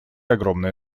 огромное